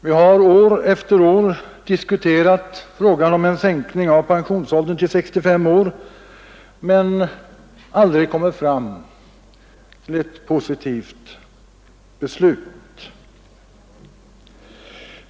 Vi har år efter år diskuterat en sänkning av pensionsåldern till 65 år men aldrig kommit fram till ett positivt beslut.